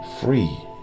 free